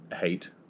hate